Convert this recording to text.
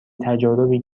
تجاربی